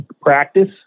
practice